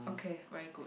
okay very good